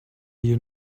you